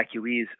evacuees